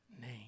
name